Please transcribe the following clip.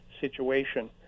situation